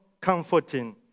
comforting